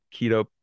keto